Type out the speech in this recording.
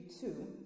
two